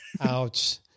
Ouch